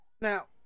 Now